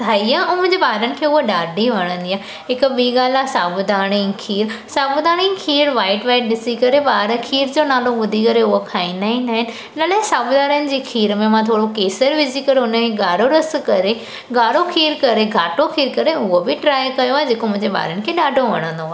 ठाही आहे ऐं मुंहिंजे ॿारनि खे उहा ॾाढी वणंदी आहे हिक ॿी ॻाल्हि आहे साबूदाणे जी खीरु साबूदाणे जी खीरु वाइट वाइट ॾिसी करे ॿार खीर जो नालो ॿुधी करे उहा खाईंदा ई न आहिनि हिन लाइ साबूदाणे जी खीर में मां थोरो केसर विझी करे हुनजो ॻाढ़ो रसु करे ॻाढ़ो खीरु करे घाटो खीरु करे उहो बि ट्राय कयो आहे जेको मुंहिंजे ॿारनि खे ॾाढो वणंदो आहे